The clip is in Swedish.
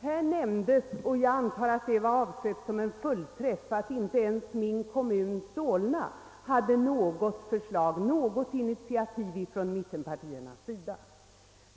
Här nämndes, och jag förmodar att det var avsett som en fullträff, att inte ens i min kommun Solna något initiativ hade tagits från mittenpartiernas sida.